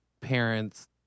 parents